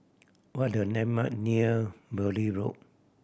what are the landmark near Beaulieu Road